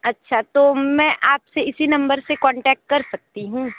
अच्छा तो मैं आपसे इसी नंबर से कॉन्टैक्ट कर सकती हूँ